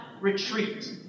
retreat